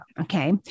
Okay